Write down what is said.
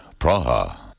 Praha